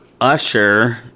Usher